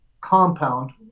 compound